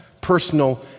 personal